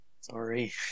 Sorry